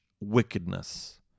wickedness